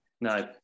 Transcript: no